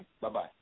Bye-bye